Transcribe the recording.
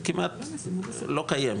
כמעט לא קיימת.